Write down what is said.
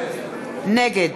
נגד